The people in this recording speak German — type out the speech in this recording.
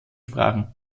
sprachen